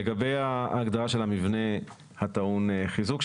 לגבי ההגדרה של המבנה הטעון חיזוק,